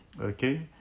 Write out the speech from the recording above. Okay